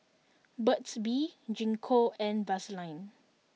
Burt's bee Gingko and Vaselin